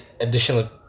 additional